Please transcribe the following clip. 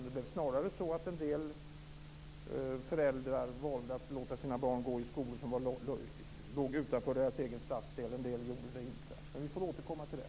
Det blev snarare så att en del föräldrar valde att låta sina barn gå i skolor som låg utanför deras egen stadsdel och en del gjorde det inte. Men vi får återkomma till det.